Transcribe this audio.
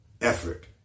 effort